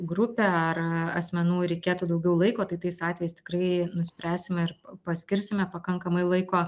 grupė ar asmenų reikėtų daugiau laiko tai tais atvejais tikrai nuspręsim ir paskirsime pakankamai laiko